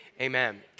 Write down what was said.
Amen